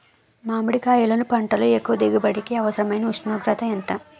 మామిడికాయలును పంటలో ఎక్కువ దిగుబడికి అవసరమైన ఉష్ణోగ్రత ఎంత?